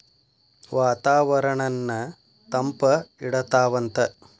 ವಾತಾವರಣನ್ನ ತಂಪ ಇಡತಾವಂತ